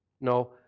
No